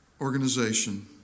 organization